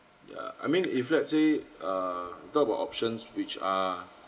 yeah I mean if let's say err talk about options which are